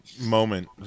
moment